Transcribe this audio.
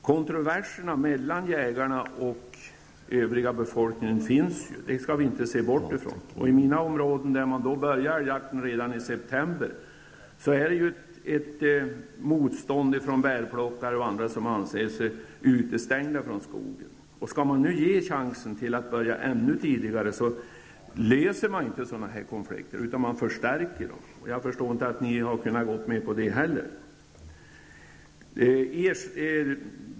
Kontroverserna mellan jägarna och den övriga befolkningen finns ju. Det skall vi inte bortse ifrån. I mina områden börjar man älgjakten redan i september, och där finns ett motstånd från bärplockare och andra. De anser sig utestängda från skogen. Skall man nu ge chansen att börja ännu tidigare löser man inte sådana konflikter, utan man förstärker dem. Jag förstår inte att ni kunnat gå med på det heller.